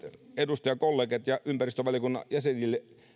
edustajakollegat ja ympäristövaliokunnan jäsenet